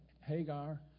Hagar